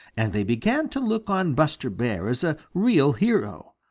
and they began to look on buster bear as a real hero.